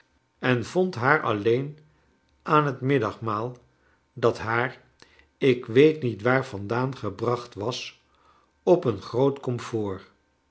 en vond haar alleen aan het middagmaal dat haar ik weet niet waar vandaan gebracht was op een groot komfoor